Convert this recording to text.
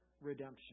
redemption